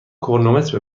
کرونومتر